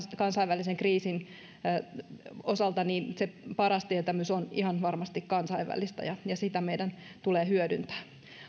kansainvälisen kriisin osalta se paras tietämys on ihan varmasti kansainvälistä ja ja sitä meidän tulee hyödyntää